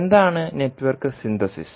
എന്താണ് network synthesis